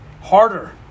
harder